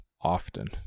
often